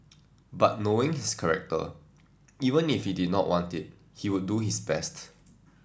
but knowing his character even if he did not want it he would do his best